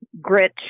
grit